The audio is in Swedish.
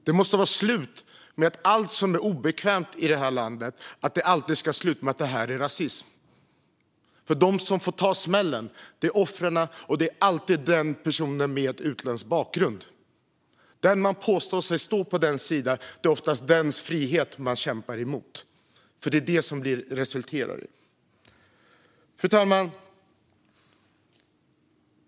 Det måste vara slut med att allt som är obekvämt i det här landet ska kallas för rasism. De som får ta smällen är offren, och det är alltid personer med utländsk bakgrund. De vars sida man påstår sig stå på är oftast de vars frihet man i själva verket kämpar emot. Det är det som blir resultatet. Fru talman!